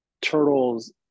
Turtles